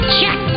Check